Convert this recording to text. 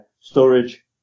storage